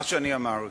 מה שאני אמרתי